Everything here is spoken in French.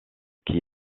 qui